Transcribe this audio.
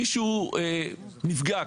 מישהו נפגע,